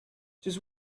just